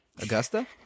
Augusta